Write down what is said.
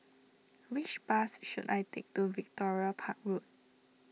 which bus should I take to Victoria Park Road